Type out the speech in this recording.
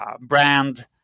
brand